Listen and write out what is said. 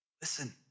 listen